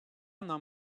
нам